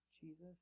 Jesus